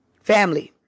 family